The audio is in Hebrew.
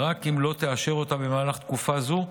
ורק אם לא תאשר אותה במהלך תקופה זו,